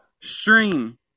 stream